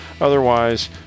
otherwise